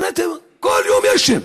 בעצם כל יום יש שם.